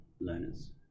learners